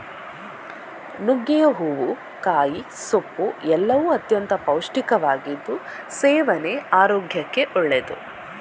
ನುಗ್ಗೆಯ ಹೂವು, ಕಾಯಿ, ಸೊಪ್ಪು ಎಲ್ಲವೂ ಅತ್ಯಂತ ಪೌಷ್ಟಿಕವಾಗಿದ್ದು ಸೇವನೆ ಆರೋಗ್ಯಕ್ಕೆ ಒಳ್ಳೆದ್ದು